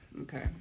Okay